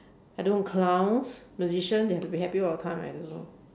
I don't know clowns magician they have to happy all the time I don't know